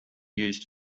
used